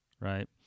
right